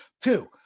Two